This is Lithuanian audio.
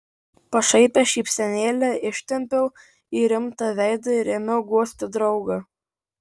pašaipią šypsenėlę ištempiau į rimtą veidą ir ėmiau guosti draugą